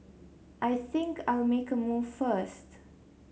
l think I'll make a move first